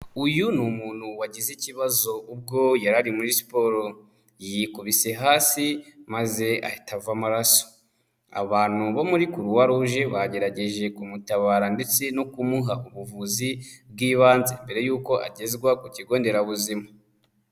Uyu ni umuntu wagize ikibazo ubwo yari muri siporo, yikubise hasi maze ahita avama amaraso, abantu bo muri Croix Rouge bagerageje kumutabara ndetse no kumuha ubuvuzi bw'ibanze mbere yuko agezwa ku kigo nderabuzima.